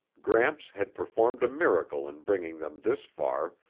gramps had performed a miracle in bringing them this far,